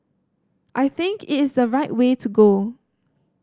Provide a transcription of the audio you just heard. I think it is the right way to go